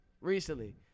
Recently